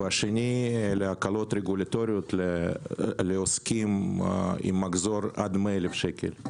והשני - להקלות רגולטוריות לעוסקים במחזור עד 100,000 שקל.